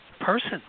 person